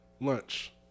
lunch